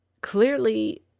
clearly